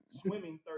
swimming